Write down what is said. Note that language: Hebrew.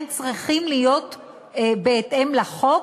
הם צריכים לגבות בהתאם לחוק,